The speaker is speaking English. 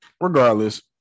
regardless